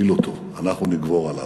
נפיל אותו, אנחנו נגבר עליו.